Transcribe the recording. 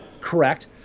correct